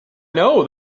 know